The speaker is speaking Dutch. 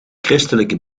christelijke